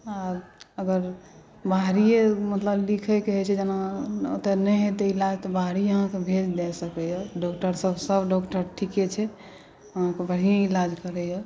आ अगर बाहरिए मतलब लिखैके रहैत छै जेना ओतय नहि हेतै इलाज तऽ बाहरिए अहाँकेँ भेज दए सकैए डॉक्टरसभ सभ डॉक्टर ठीके छै अहाँके बढ़िएँ इलाज करैए